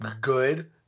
good